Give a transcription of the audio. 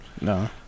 No